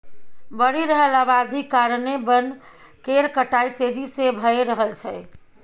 बढ़ि रहल अबादी कारणेँ बन केर कटाई तेजी से भए रहल छै